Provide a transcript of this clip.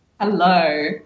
Hello